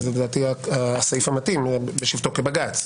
אבל זה הסעיף המתאים "בשבתו כבג"ץ".